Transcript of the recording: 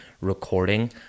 recording